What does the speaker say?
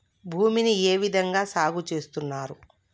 భూమిని ఏ విధంగా సాగు చేస్తున్నారు?